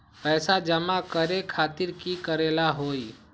पैसा जमा करे खातीर की करेला होई?